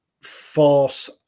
Force